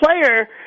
player